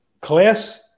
class